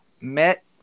met